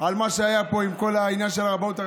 על מה שהיה פה עם כל העניין של הרבנות.